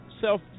self